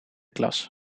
klas